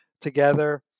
together